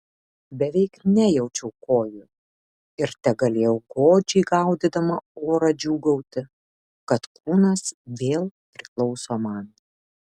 beveik nejaučiau kojų ir tegalėjau godžiai gaudydama orą džiūgauti kad kūnas vėl priklauso man